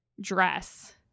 dress